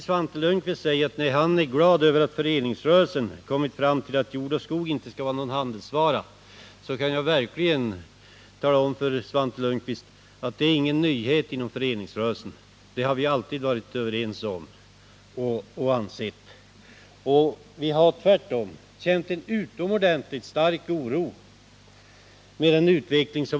Svante Lundkvist säger att han är glad över att föreningsrörelsen kommit fram till att jord och skog inte skall vara någon handelsvara. Jag kan tala om för Svante Lundkvist att det är ingen nyhet inom föreningsrörelsen. Det har vi alltid ansett. Vi har känt en utomordentligt stark oro inför den nuvarande utvecklingen.